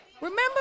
remember